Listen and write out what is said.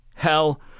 Hell